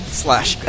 slash